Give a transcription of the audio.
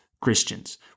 Christians